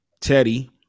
Teddy